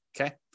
Okay